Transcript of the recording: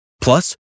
Plus